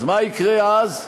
מה יקרה אז?